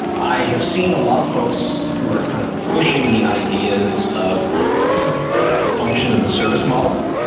i have seen a lot of folks who are kind of pushing the ideas of you know the the function as a service model.